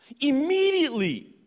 Immediately